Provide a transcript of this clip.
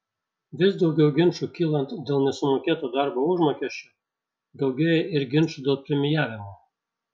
vis daugiau ginčų kylant dėl nesumokėto darbo užmokesčio daugėja ir ginčų dėl premijavimo